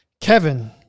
Kevin